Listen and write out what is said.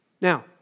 Now